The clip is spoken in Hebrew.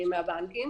מהבנקים,